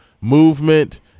movement